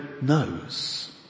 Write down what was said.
knows